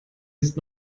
ist